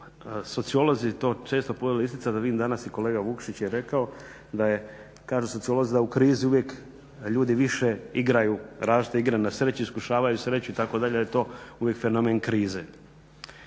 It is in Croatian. sociolozi to često …, vidim danas i kolega Vukšić je rekao da kažu sociolozi da u krizi uvijek ljudi više igraju različite igre na sreću, iskušavaju sreću itd., da je to uvijek fenomen krize.